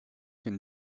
can